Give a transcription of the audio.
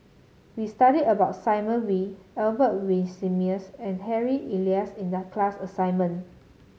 we studied about Simon Wee Albert Winsemius and Harry Elias in the class assignment